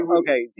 okay